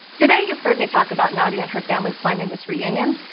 today you've heard me talk about nadia and her family planning this reunion,